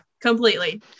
completely